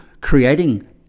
creating